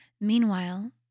Meanwhile